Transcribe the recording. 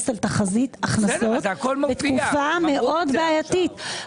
על תחזית הכנסות בתקופה מאוד בעייתית.